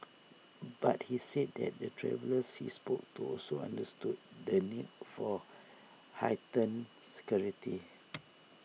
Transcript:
but he said that the travellers he spoke to also understood the need for heightened security